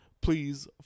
please